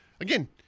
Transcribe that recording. again